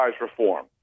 reform